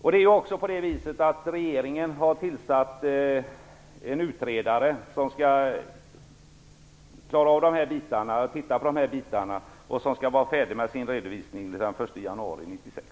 Det skall avgöras av Regeringen har tillsatt en utredare som skall se på de här frågorna och vara färdig med sin redovisning den 1 januari 1996.